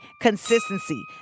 consistency